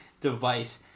device